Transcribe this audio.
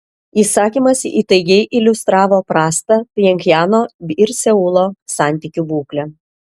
įsakymas įtaigiai iliustravo prastą pchenjano ir seulo santykių būklę